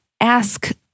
ask